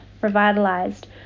revitalized